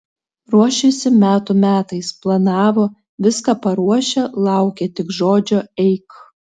ruošėsi metų metais planavo viską paruošę laukė tik žodžio eik